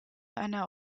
einer